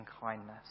kindness